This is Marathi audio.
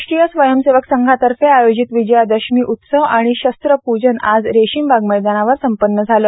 राष्ट्रीय स्वयंसेवक संघातर्फे आयोजित विजयादशमी उत्सव आणि शस्त्रपूजन आज रेशीमबाग मैदानावर संपन्न झाला